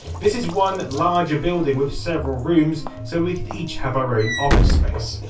this is one larger building, with several rooms so we could each have our own office space.